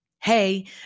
hey